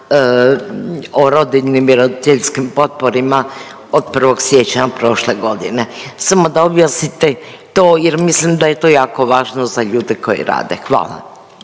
o rodiljnim i roditeljskim potporama od 1. siječnja prošle godine. Samo da objasnite to, jer mislim da je to jako važno za ljude koji rade. Hvala.